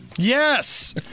Yes